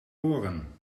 oren